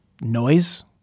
noise